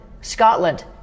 Scotland